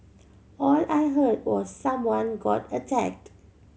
all I heard was someone got attacked